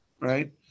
right